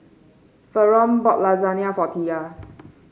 Faron bought Lasagne for Tia